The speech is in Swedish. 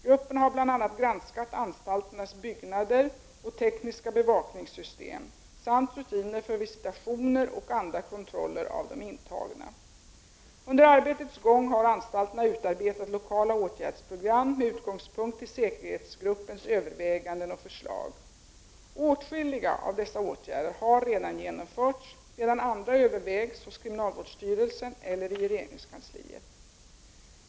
Gruppen har bl.a. granskat anstalternas byggnader och tekniska bevakningssystem samt rutiner för visitationer och andra kontroller av de intagna. Under arbetets gång har anstalterna utarbetat lokala åtgärdsprogram med utgångspunkt i säkerhetsgruppens överväganden och förslag. Åtskilliga av dessa åtgärder har redan genomförts, medan andra övervägs hos kriminalvårdsstyrelsen eller i regeringskansliet.